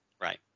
Right